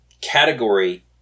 category